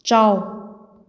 ꯆꯥꯎ